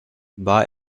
war